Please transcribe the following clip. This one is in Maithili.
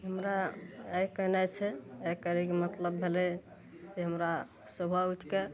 हमरा आइ करनाइ छै आइ करैके मतलब भेलै से हमरा सुबह उठिके